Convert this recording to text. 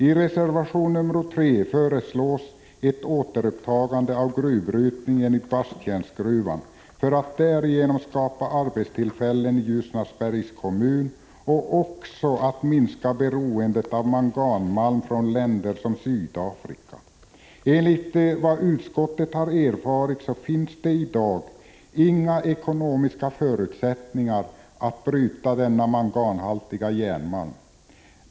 I reservation nr 3 föreslås ett återupptagande av gruvbrytningen i Basttjärnsgruvan, för att därigenom skapa arbetstillfällen i Ljusnarsbergs kommun och också minska beroendet av manganmalm från länder som Sydafrika. Enligt vad utskottet har erfarit finns det i dag inga ekonomiska förutsättningar att bryta denna manganhaltiga järnmalm.